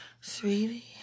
Sweetie